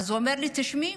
אמר לי: תשמעי,